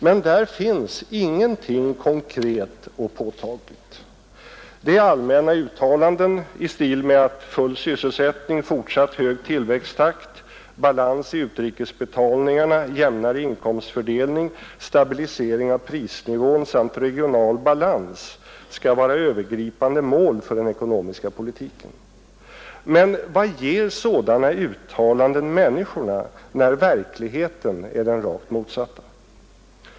Men där finns ingenting konkret och påtagligt. Det är allmänna uttalanden i stil med att ”full sysselsättning, fortsatt hög tillväxttakt, balans i utrikesbetalningarna, jämnare inkomstfördelning, stabilisering av prisnivån samt regional balans skall vara övergripande mål för den ekonomiska politiken”. Men vad ger sådana uttalanden människorna när verkligheten är den rakt motsatta?